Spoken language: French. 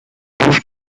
douves